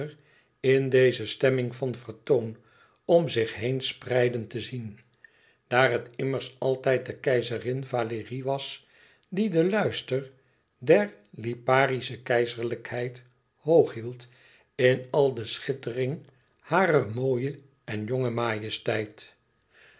in deze stemming van vertoon om zich heen spreiden te zien daar het immers altijd de keizerin valérie was die den luister der liparische keizerlijkheid hoog hield in al de schittering harer mooie en jonge majesteit